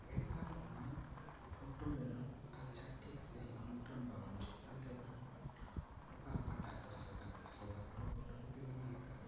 ᱢᱮᱱᱠᱷᱟᱱ ᱚᱱᱟ ᱯᱷᱳᱴᱳ ᱨᱮᱫᱚ ᱟᱪᱪᱷᱟ ᱴᱷᱤᱠ ᱥᱟᱹᱦᱤᱡ ᱢᱩᱴᱷᱟᱹᱱ ᱵᱟᱝ ᱵᱩᱡᱷᱟᱹᱜ ᱠᱟᱱ ᱛᱟᱦᱮᱸ ᱠᱟᱱᱟ ᱚᱠᱟ ᱚᱠᱟ ᱴᱟᱜ ᱫᱚ ᱥᱟᱫᱟ ᱠᱟᱞᱳ ᱯᱷᱳᱴᱳ ᱠᱳᱯᱤ ᱢᱮᱱᱟᱜ ᱟᱠᱟᱫᱟ